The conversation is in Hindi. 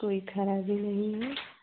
कोई ख़राबी नहीं है